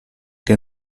che